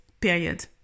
period